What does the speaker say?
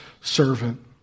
servant